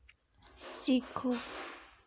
सिक्खो